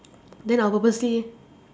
then I'll purposely